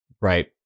right